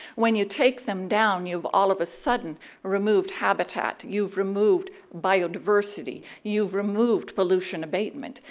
when you take them down, you've all of a sudden removed habitat, you've removed biodiversity. you've removed pollution abatement.